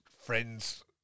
friends